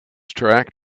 track